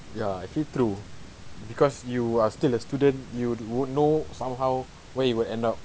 ya actually true because you are still a student you would know somehow where you would end up